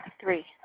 three